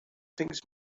things